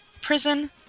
prison